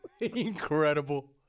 Incredible